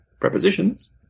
prepositions